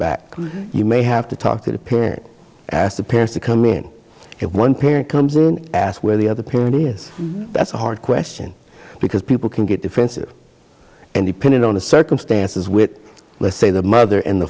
back you may have to talk to the peer ask the parents to come in if one parent comes in ask where the other parent is that's a hard question because people can get defensive and depending on the circumstances with let's say the mother and